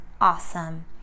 Awesome